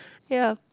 ya